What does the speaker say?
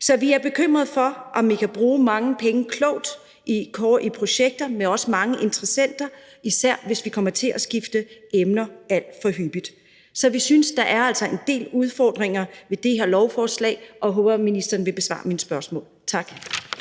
Så vi er bekymrede for, om I kan bruge mange penge klogt i projekter med også mange interessenter, især hvis vi kommer til at skifte emner alt for hyppigt. Så vi synes, der altså er en del udfordringer ved det her lovforslag, og jeg håber, at ministeren vil besvare mine spørgsmål. Tak.